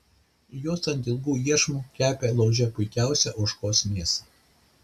jos ant ilgų iešmų kepė lauže puikiausią ožkos mėsą